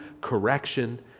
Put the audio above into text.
correction